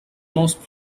most